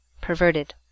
perverted